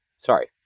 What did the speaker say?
Sorry